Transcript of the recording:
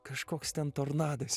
kažkoks ten tornadas